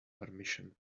permission